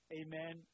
amen